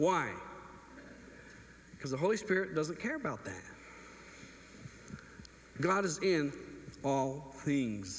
why because the holy spirit doesn't care about that god is in all things